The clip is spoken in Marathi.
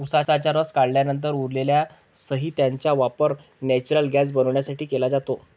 उसाचा रस काढल्यानंतर उरलेल्या साहित्याचा वापर नेचुरल गैस बनवण्यासाठी केला जातो